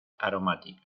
aromáticas